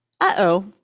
uh-oh